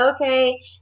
okay